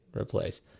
replace